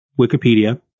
Wikipedia